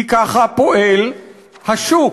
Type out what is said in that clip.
כי כך פועל השוק.